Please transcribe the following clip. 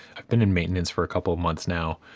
i've been in maintenance for a couple of months now,